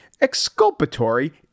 exculpatory